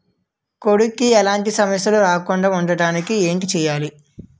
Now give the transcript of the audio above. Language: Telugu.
కోడి కి ఎలాంటి సమస్యలు రాకుండ ఉండడానికి ఏంటి చెయాలి?